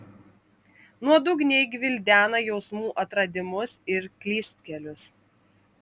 nuodugniai gvildena jausmų atradimus ir klystkelius